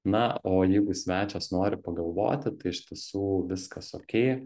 na o jeigu svečias nori pagalvoti tai iš tiesų viskas okei